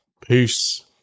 peace